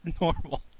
normal